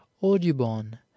Audubon